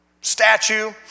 statue